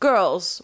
Girls